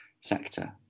sector